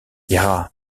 yarra